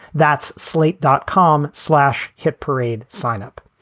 that's slate dot com. slash hit parade, sign up.